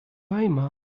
weimar